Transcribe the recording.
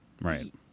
right